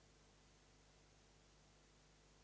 Hvala